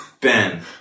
Ben